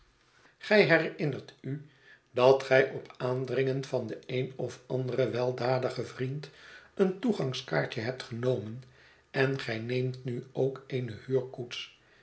gij herinnert u dat gij op aandringen van den een of anderen weldadigen vriend een toegangkaartje hebt genomen en gij neemt nu ook